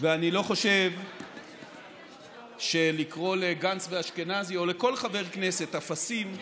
אני לא חושב שלקרוא לגנץ ולאשכנזי או לכל חבר כנסת "אפסים"